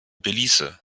belize